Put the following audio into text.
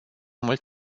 mult